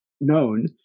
known